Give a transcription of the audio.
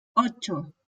ocho